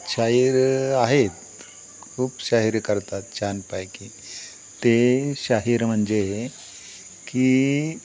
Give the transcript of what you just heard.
शाहीर आहेत खूप शाहिरी करतात छानपैकी ते शाहीर म्हणजे की